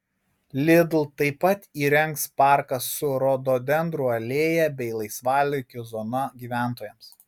lidl taip pat įrengs parką su rododendrų alėja bei laisvalaikio zona gyventojams